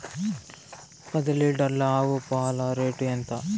పది లీటర్ల ఆవు పాల రేటు ఎంత?